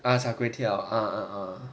ah char kway teow uh uh uh